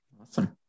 Awesome